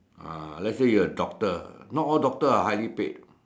uh let's say you're a doctor not all doctor are highly paid